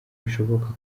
bishoboka